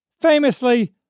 Famously